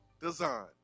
design